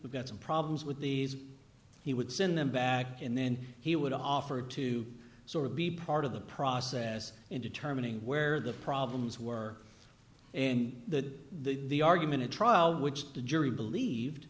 we've got some problems with these he would send them back and then he would offer to us it would be part of the process in determining where the problems were and that the argument at trial which the jury believed